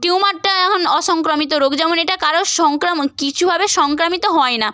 টিউমারটা এখন অসংক্রামিত রোগ যেমন এটা কারোর সংক্রামন কিছুভাবে সংক্রামিত হয় না